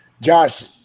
josh